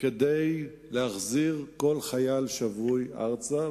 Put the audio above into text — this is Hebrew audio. כדי להחזיר כל חייל שבוי ארצה.